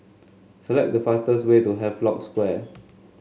select the fastest way to Havelock Square